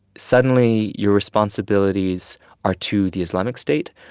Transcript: suddenly your responsibilities are to the islamic state.